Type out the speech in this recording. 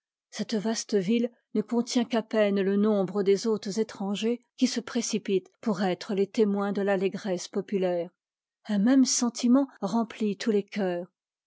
cette vaste ville ne contient qu'à peine te nombre des hôtes étrangers qui se précipitent pour être a les témoins de l'allégresse populaire un même e sentiment remplit tous les cœurs